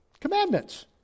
Commandments